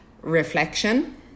reflection